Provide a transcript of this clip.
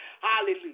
Hallelujah